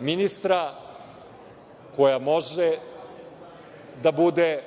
ministra koja može da bude